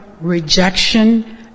rejection